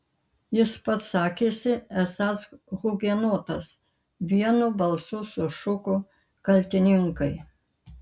jis pats sakėsi esąs hugenotas vienu balsu sušuko kaltininkai